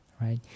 right